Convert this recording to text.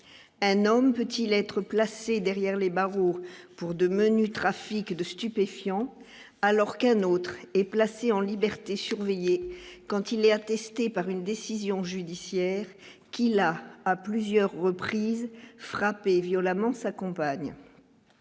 un homme peut-il être placé derrière les barreaux pour de menus trafics de stupéfiants, alors qu'un autre et placé en liberté surveillée, quand il est attesté par une décision judiciaire qu'il a à plusieurs reprises frappé violemment sa compagne,